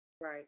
right